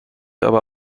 aber